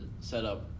setup